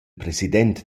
president